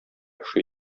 ошый